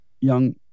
young